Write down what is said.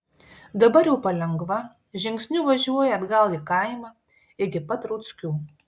dabar jau palengva žingsniu važiuoja atgal į kaimą iki pat rauckių